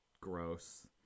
gross